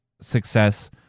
success